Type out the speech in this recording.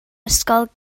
ysgol